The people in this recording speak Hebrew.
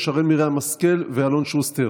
שרן מרים השכל ואלון שוסטר.